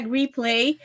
replay